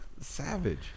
Savage